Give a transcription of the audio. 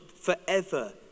forever